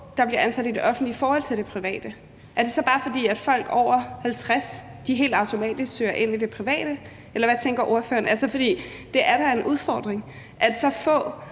der bliver ansat i det offentlige i forhold til i det private, er det så bare, fordi folk over 50 år helt automatisk søger ind i det private, eller hvad tænker ordføreren? For det er da en udfordring, at så få